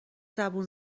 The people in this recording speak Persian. زبون